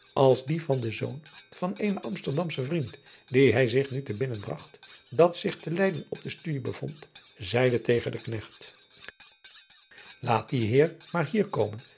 als dien van den zoon van eenen msterdamschen vriend die hij zich nu te binnen bragt dat zich te eyden op de studie bevond zeide tegen den knecht aat die eer maar hier komen